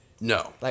No